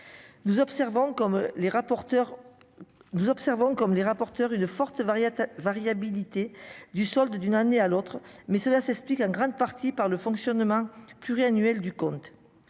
nous observons comme les rapporteurs une forte variation, variabilité du solde d'une année à l'autre, mais cela s'explique en grande partie par le fonctionnement pluri-du compte,